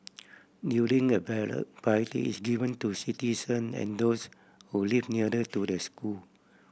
during a ballot priority is given to citizen and those who live nearer to the school